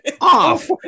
off